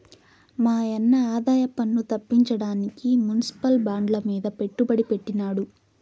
మాయన్న ఆదాయపన్ను తప్పించడానికి మునిసిపల్ బాండ్లమీద పెట్టుబడి పెట్టినాడు